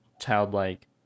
childlike